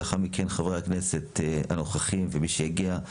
לאחר מכן חברי הכנסת הנוכחים ומי שיגיע,